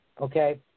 Okay